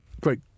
great